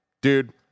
Dude